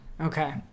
Okay